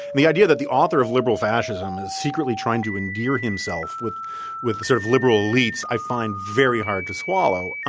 the idea that the author of liberal fascism is secretly trying to endear himself with with sort of liberal leads i find very hard to swallow